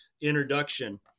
introduction